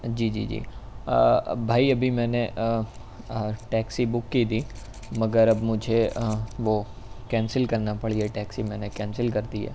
جی جی جی بھائی ابھی میں نے ٹیکسی بک کی تھی مگر اب مجھے وہ کینسل کرنا پڑ گیا ٹیکسی میں نے کینسل کر دی ہے